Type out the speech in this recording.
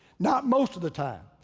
not most of the time.